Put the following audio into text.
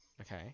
Okay